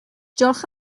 diolch